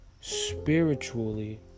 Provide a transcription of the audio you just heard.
spiritually